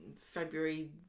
February